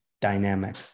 dynamic